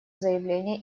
заявление